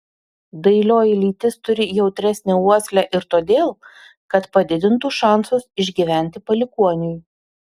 dailioji lytis turi jautresnę uoslę ir todėl kad padidintų šansus išgyventi palikuoniui